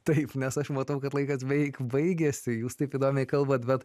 taip mes aš matau kad laikas beveik baigėsi jūs taip įdomiai kalbat bet